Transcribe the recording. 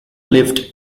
lift